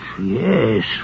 Yes